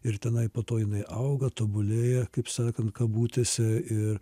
ir tenai po to jinai auga tobulėja kaip sakant kabutėse ir